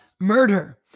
murder